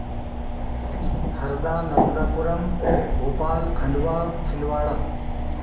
Harda Narmadapuram Bhopal Khandwa Chhindwara